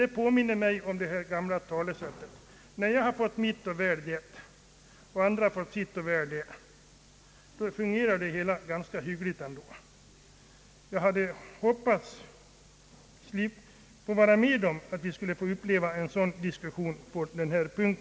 Det påminner mig om det gamla talesättet: När jag har fått mitt och väl det och andra har fått sitt och nätt det, då fungerar det hela ändå ganska hyggligt. Jag hade hoppats slip Om sänkning av pensionsåldern, m.m. pa uppleva en sådan diskussion i denna fråga.